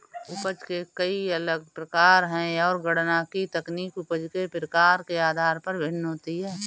उपज के कई अलग प्रकार है, और गणना की तकनीक उपज के प्रकार के आधार पर भिन्न होती है